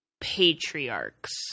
patriarchs